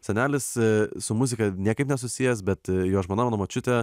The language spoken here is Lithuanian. senelis su muzika niekaip nesusijęs bet jo žmona mano močiutė